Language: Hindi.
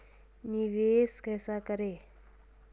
निवेश कैसे करें?